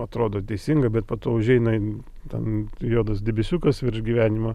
atrodo teisinga bet po to užeina ten juodas debesiukas virš gyvenimo